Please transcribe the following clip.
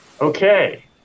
Okay